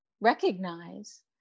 recognize